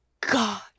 God